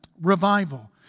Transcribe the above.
revival